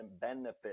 Benefit